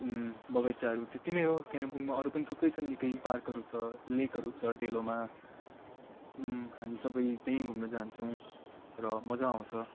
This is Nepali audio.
बगैँचाहरू त्यति नै हो कालिम्पोङमा अरू पनि थुप्रै छन् निक्कै पार्कहरू छ लेकहरू छ डेलोमा हामी सबै त्यहीँ घुम्न जान्छौँ र मजा आउँछ